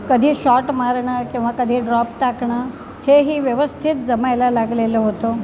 कधी शॉट मारणं किंवा कधी ड्रॉप टाकणं हे ही व्यवस्थित जमायला लागलेलं होतं